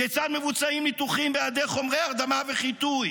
כיצד מבוצעים ניתוחים בהיעדר חומרי הרדמה וחיטוי,